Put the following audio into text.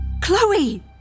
Chloe